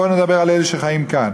בואו נדבר על אלה שחיים כאן.